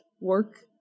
work